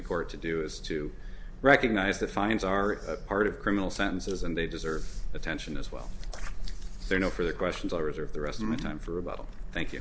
the court to do is to recognize that fines are part of criminal sentences and they deserve attention as well you know for the questions i reserve the rest of the time for about oh thank you